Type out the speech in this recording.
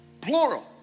plural